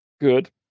Good